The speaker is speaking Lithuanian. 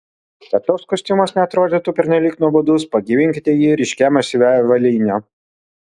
kad toks kostiumas neatrodytų pernelyg nuobodus pagyvinkite jį ryškia masyvia avalyne